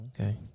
okay